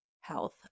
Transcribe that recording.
health